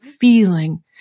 feeling